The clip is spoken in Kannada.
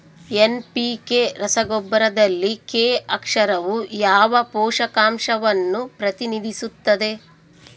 ಎನ್.ಪಿ.ಕೆ ರಸಗೊಬ್ಬರದಲ್ಲಿ ಕೆ ಅಕ್ಷರವು ಯಾವ ಪೋಷಕಾಂಶವನ್ನು ಪ್ರತಿನಿಧಿಸುತ್ತದೆ?